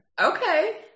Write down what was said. Okay